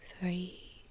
three